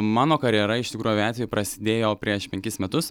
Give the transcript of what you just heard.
mano karjera iš tikrųjų aviacijoj prasidėjo prieš penkis metus